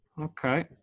Okay